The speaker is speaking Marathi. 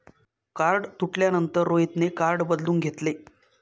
कार्ड तुटल्यानंतर रोहितने कार्ड बदलून घेतले